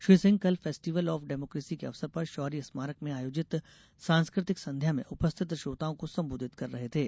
श्री सिंह कल festival of democracy के अवसर पर शौर्य स्मारक में आयोजित सांस्कृतिक संध्या में उपस्थित श्रोताओं को सम्बोधित कर रहे थे